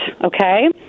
okay